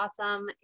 awesome